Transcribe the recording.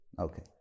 Okay